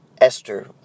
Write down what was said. Esther